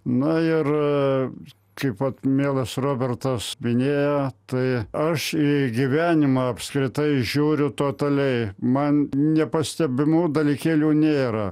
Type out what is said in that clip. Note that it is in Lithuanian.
nu ir kaip vat mielas robertas minėjo tai aš į gyvenimą apskritai žiūriu totaliai man nepastebimų dalykėlių nėra